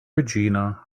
regina